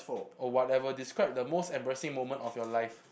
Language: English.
or whatever describe the most embarrassing moment of your life